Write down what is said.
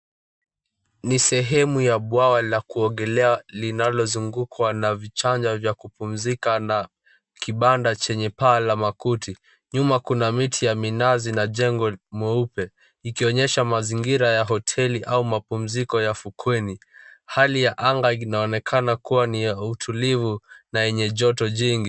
Ni sehemu ya bwawa la kuogelea linalozungukwa na vichanya vya kupumzika na kibanda chenye paa la makuti. Nyuma kuna miti ya minazi na jengo mweupe, ikionyesha mazingira ya hoteli au mapumziko ya fukweni. Hali ya anga inaonekana kuwa ni ya utulivu na yenye joto jingi.